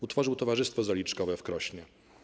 Utworzył Towarzystwo Zaliczkowe w Krośnie.